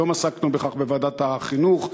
היום עסקנו בכך בוועדת החינוך,